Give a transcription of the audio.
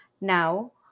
Now